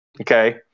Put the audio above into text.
Okay